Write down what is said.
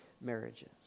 marriages